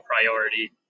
priority